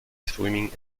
swimming